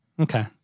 Okay